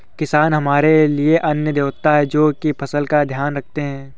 किसान हमारे लिए अन्न देवता है, जो की फसल का ध्यान रखते है